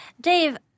Dave